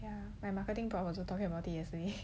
ya my marketing prof was talking about it yesterday